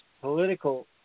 political